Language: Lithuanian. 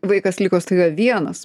vaikas liko staiga vienas